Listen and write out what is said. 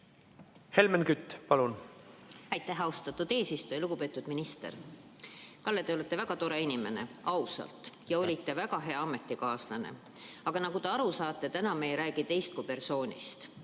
Helmen Kütt, palun! Aitäh, austatud eesistuja! Lugupeetud minister! Kalle, te olete väga tore inimene, ausalt, ja olite väga hea ametikaaslane. Aga nagu te aru saate, täna ei räägi me teist kui persoonist.